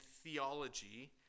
theology